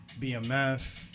BMF